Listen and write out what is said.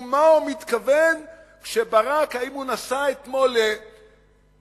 ולמה הוא מתכוון כשברק, האם הוא נסע אתמול לאנקרה